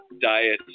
diet